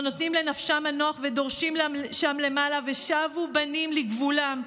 לא נותנים לנפשם מנוח ודורשים שם למעלה: ושבו בנים לגבולם.